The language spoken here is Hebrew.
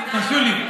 תרשו לי,